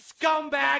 scumbag